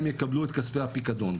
הם יקבלו את כספי הפיקדון.